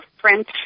French